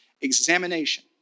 examination